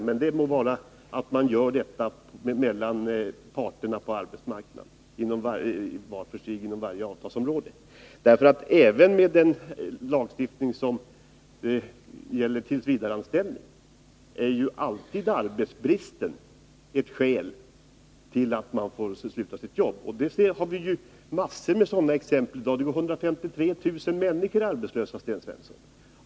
Men detta må avgöras mellan parterna på arbetsmarknaden var för sig inom varje avtalsområde. Även med den lagstiftning som gäller tillsvidareanställning är arbetsbrist ju alltid ett skäl för att ett jobb upphör. Vi ser massor av sådana exempel — det går 153 000 människor arbetslösa nu, Sten Svensson.